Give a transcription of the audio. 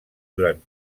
durant